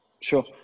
Sure